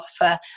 offer